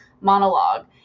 monologue